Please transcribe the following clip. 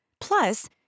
Plus